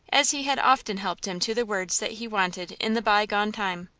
as he had often helped him to the words that he wanted in the by-gone time.